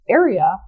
area